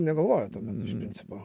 negalvoja tuomet iš principo